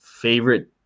favorite